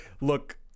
look